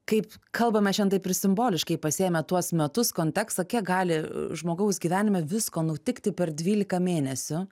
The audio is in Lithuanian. kaip kalbame šian taip ir simboliškai pasiėmę tuos metus kontekstą kiek gali žmogaus gyvenime visko nutikti per dvylika mėnesių